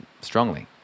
strongly